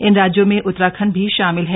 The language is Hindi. इन राज्यों में उतराखंड भी शामिल है